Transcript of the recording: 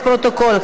לפרוטוקול,